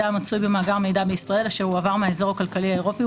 המצוי במאגר מידע בישראל אשר הועבר מהאזור הכלכלי האירופי,